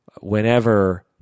whenever